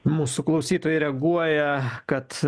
mūsų klausytojai reaguoja kad